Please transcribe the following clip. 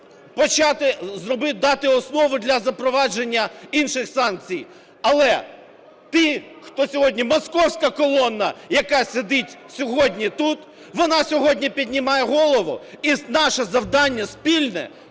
щоб дати основу для запровадження інших санкцій. Але ті, хто сьогодні "московська колона", яка сидить сьогодні тут, вона сьогодні піднімає голову, і наше завдання спільне